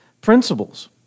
principles